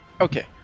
Okay